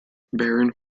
baron